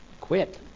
Quit